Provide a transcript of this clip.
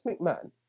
McMahon